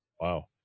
Wow